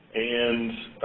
and